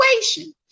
situation